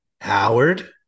Howard